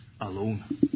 alone